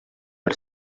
per